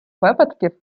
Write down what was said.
випадків